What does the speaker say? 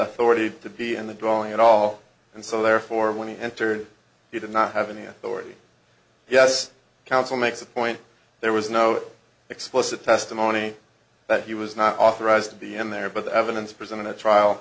authority to be in the drawing at all and so therefore when he entered he did not have any authority yes counsel makes a point there was no explicit testimony that he was not authorized to be in there but the evidence presented at trial